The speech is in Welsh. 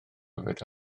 yfed